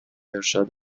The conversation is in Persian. ارشاد